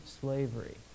slavery